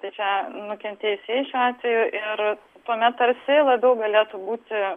tai čia nukentėjusieji šiuo atveju ir tuomet tarsi labiau galėtų būti